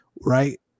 right